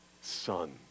Son